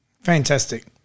Fantastic